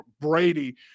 Brady